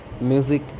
music